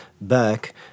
back